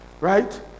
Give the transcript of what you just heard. Right